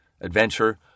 adventure